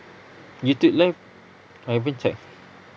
YouTube live I haven't checked